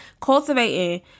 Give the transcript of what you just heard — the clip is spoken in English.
cultivating